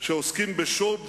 שעוסקים בשוד,